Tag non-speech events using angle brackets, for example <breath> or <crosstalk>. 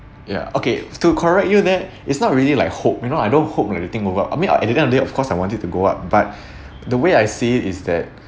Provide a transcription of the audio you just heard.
ya okay to correct you that it's not really like hope you know I don't hope like you think of what I mean at the end of day of course I want it to go up but <breath> the way I see is that